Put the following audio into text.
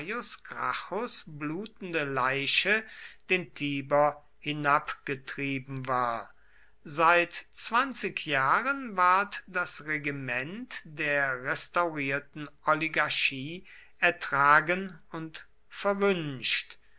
blutende leiche den tiber hinabgetrieben war seit zwanzig jahren ward das regiment der restaurierten oligarchie ertragen und verwünscht